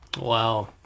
Wow